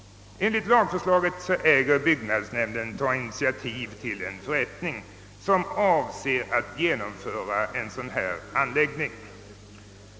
Enligt lagförslaget äger byggnadsnämnden ta initiativ till förrättning för att åstadkomma en sådan här anläggning.